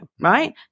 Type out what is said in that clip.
right